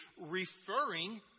referring